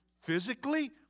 physically